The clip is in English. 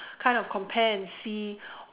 kind of compare and see